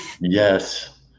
Yes